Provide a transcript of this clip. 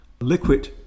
liquid